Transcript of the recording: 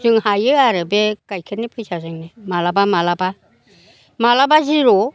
जों हायो आरो बे गाइखेरनि फैसाजोंनो मालाबा मालाबा मालाबा जिर'